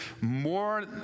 more